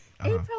April